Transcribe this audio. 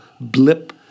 blip